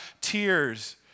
Tears